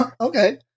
Okay